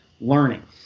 learning